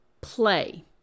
play